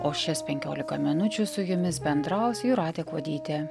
o šias penkiolika minučių su jumis bendraus jūratė kuodytė